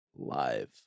Live